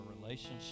relationship